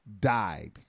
died